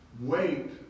Wait